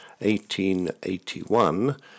1881